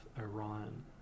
Orion